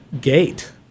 gate